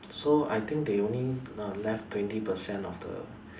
so I think they only uh left twenty percent of the